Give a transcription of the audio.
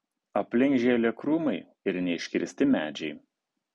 aplink žėlė krūmai ir neiškirsti medžiai